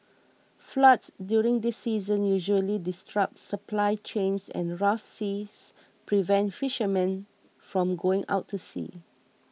floods during this season usually disrupt supply chains and rough seas prevent fishermen from going out to sea